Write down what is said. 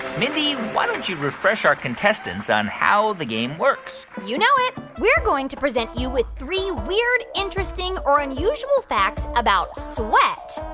mindy, why don't you refresh our contestants on how the game works? you know it. we're going to present you with three weird, interesting or unusual facts about sweat.